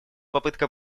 попытка